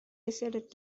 decided